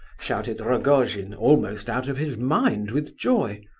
shouted rogojin, almost out of his mind with joy.